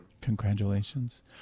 Congratulations